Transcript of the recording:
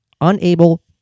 unable